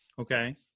Okay